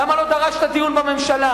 למה לא דרשת דיון בממשלה?